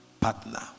partner